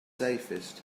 safest